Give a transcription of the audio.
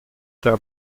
der